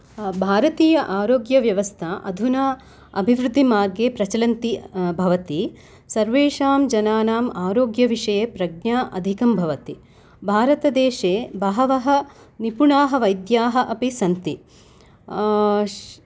भारतीय आरोग्यव्यवस्था अधुना अभिवृद्धिमार्गे प्रचलन्ति भवति सर्वेषां जनानाम् आरोग्यविषये प्रज्ञा अधिकं भवति भारतदेशे बहवः निपुणाः वैद्याः अपि सन्ति